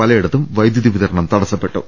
പലയിടത്തും വൈദ്യുതി വിതരണം തട സ്സപ്പെട്ടു